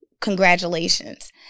congratulations